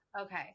Okay